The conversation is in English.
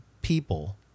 people